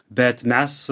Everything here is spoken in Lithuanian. bet mes